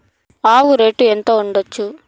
ఆవు రేటు ఎంత ఉండచ్చు?